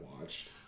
watched